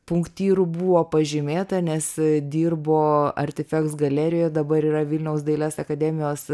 punktyru buvo pažymėta nes dirbo galerijoje dabar yra vilniaus dailės akademijos